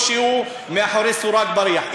או שהוא מאחורי סורג ובריח.